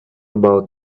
about